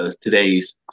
today's